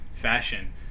Fashion